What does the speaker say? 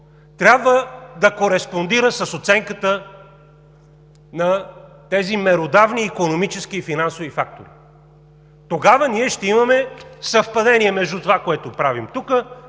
трябва да кореспондира с оценката на тези меродавни икономически и финансови фактори. Тогава ние ще имаме съвпадение между това, което правим тук,